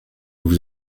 vous